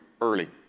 early